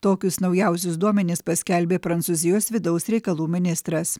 tokius naujausius duomenis paskelbė prancūzijos vidaus reikalų ministras